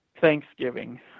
thanksgiving